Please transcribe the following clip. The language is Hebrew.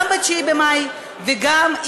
גם 9 במאי וגם,